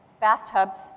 bathtubs